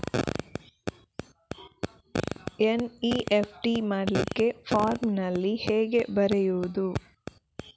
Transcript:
NEFT ಮಾಡ್ಲಿಕ್ಕೆ ಫಾರ್ಮಿನಲ್ಲಿ ಹೇಗೆ ಬರೆಯುವುದು?